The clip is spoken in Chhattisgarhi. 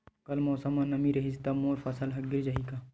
कल मौसम म नमी रहिस हे त मोर फसल ह गिर जाही का?